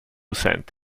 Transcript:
sent